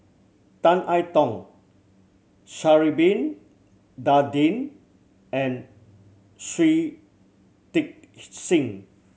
Tan I Tong Sha'ari Bin Tadin and Shui Tit Sing